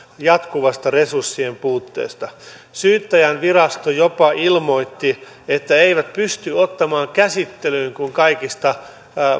jatkuvasta resurssien puutteesta syyttäjänvirasto jopa ilmoitti että eivät pysty ottamaan käsittelyyn kuin kaikista